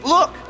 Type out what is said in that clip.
Look